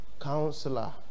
Counselor